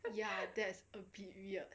ya that's a bit weird